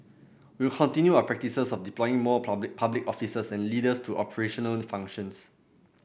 we will continue our practice of deploying more public public officers and leaders to operational functions